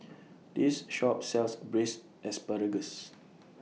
This Shop sells Braised Asparagus